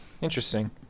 interesting